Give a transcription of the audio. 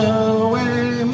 away